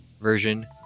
version